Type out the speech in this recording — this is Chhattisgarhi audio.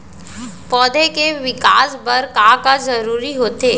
पौधे के विकास बर का का जरूरी होथे?